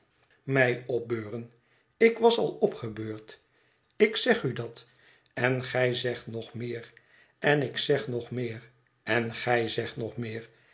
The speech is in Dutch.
mij opbeuren ik was al opgebeurd ik zeg u dat en gij zegt nog meer en ik zeg nog meer en gij zegt nog meer